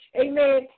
Amen